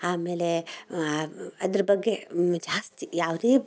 ಆಮೇಲೆ ಅದ್ರ ಬಗ್ಗೆ ಜಾಸ್ತಿ ಯಾವುದೇ